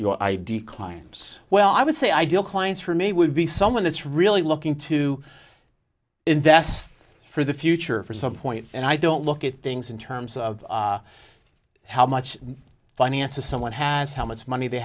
your id clients well i would say ideal clients for me would be someone that's really looking to invest for the future for some point and i don't look at things in terms of how much finance a someone has how much money they